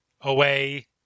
away